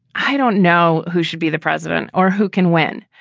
i don't know who should be the president or who can win.